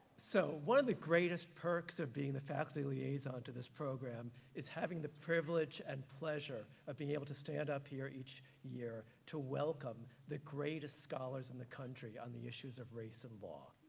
so one of the greatest perks of being the faculty liaison to this program is having the privilege and pleasure of being able to stand up here each year to welcome the greatest scholars in the country on the issues of race and law.